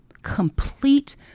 complete